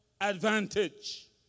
advantage